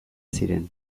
ziren